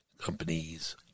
companies